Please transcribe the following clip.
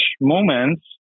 moments